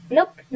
Nope